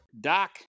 Doc